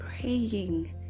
praying